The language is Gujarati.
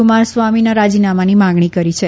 કુમારસ્વામીના રાજીનામાની માંગણી કરી છે